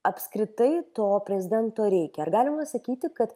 apskritai to prezidento reikia ar galima sakyti kad